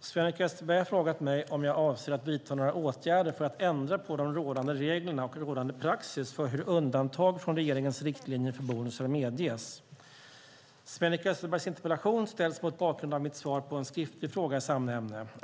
Sven-Erik Österberg har frågat mig om jag avser att vidta några åtgärder för att ändra på de rådande reglerna och rådande praxis för hur undantag från regeringens riktlinjer för bonusar medges. Sven-Erik Österbergs interpellation ställs mot bakgrund av mitt svar på en skriftlig fråga i samma ämne.